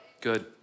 Good